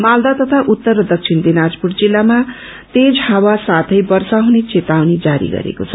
मालदा तथा उत्तर र दक्षिण दिनाजपुर जिल्लामा तेज हावा साथै वर्षा हुने चेतावनी जारी गरेको छ